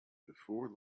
before